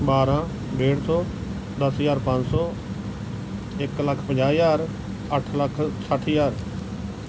ਬਾਰ੍ਹਾਂ ਡੇਢ ਸੌ ਦਸ ਹਜ਼ਾਰ ਪੰਜ ਸੌ ਇੱਕ ਲੱਖ ਪੰਜਾਹ ਹਜ਼ਾਰ ਅੱਠ ਲੱਖ ਸੱਠ ਹਜ਼ਾਰ